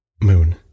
moon